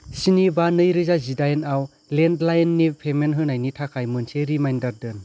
स्नि बा नै रोजा जिदाइन आव लेन्डलाइननि पेमेन्ट होनायनि थाखाय मोनसे रिमाइन्डार दोन